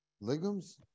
Legumes